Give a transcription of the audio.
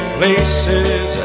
places